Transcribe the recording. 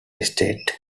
estate